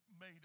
made